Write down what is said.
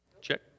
Check